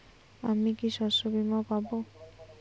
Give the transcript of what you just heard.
আমি কি শষ্যবীমা পাব?